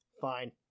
fine